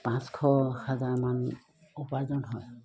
পাঁচশ হাজাৰমান উপাৰ্জন হয়